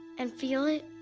and feel it,